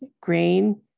grain